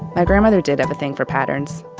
my grandmother did have a thing for patterns.